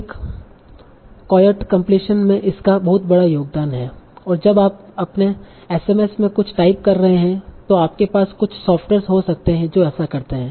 एक कोयोट कम्पलीशन में इसका बहुत बड़ा योगदान है या जब आप अपने एसएमएस में कुछ टाइप कर रहे हैं Refer Time 0508 तो आपके पास कुछ सॉफ्टवेयर्स हो सकते हैं जो ऐसा करते हैं